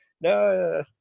No